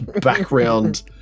background